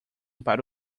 para